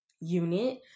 unit